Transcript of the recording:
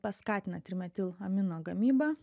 paskatina trimetilamino gamybą